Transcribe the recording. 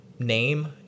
name